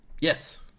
Yes